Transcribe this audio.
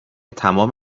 تمام